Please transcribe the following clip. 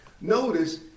Notice